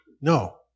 No